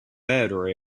better